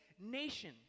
nation